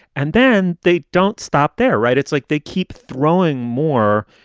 and then they don't stop there, right? it's like they keep throwing more,